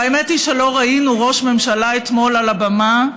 והאמת היא שלא ראינו ראש ממשלה אתמול על הבמה,